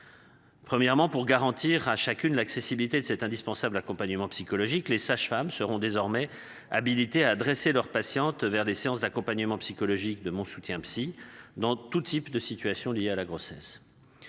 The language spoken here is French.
Premièrement pour garantir à chacune l'accessibilité de cette indispensable accompagnement psychologique. Les sages-femmes seront désormais habilités à dresser leurs patientes vers des séances d'accompagnement psychologique de mon soutien psy dans tout type de situation liées à la grossesse.